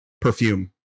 perfume